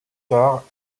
tard